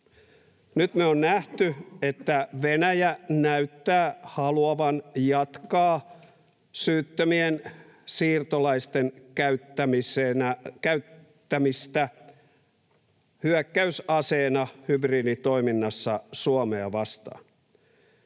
Nyt me on nähty, että Venäjä näyttää haluavan jatkaa syyttömien siirtolaisten käyttämistä hyökkäysaseena hybriditoiminnassa Suomea vastaan.